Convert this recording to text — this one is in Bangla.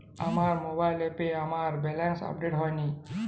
আমার মোবাইল অ্যাপে আমার ব্যালেন্স আপডেট হয়নি